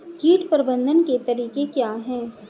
कीट प्रबंधन के तरीके क्या हैं?